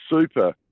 super